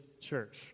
church